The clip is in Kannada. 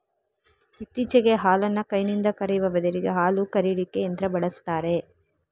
ಇತ್ತೀಚೆಗೆ ಹಾಲನ್ನ ಕೈನಿಂದ ಕರೆಯುವ ಬದಲಿಗೆ ಹಾಲು ಕರೀಲಿಕ್ಕೆ ಯಂತ್ರ ಬಳಸ್ತಾರೆ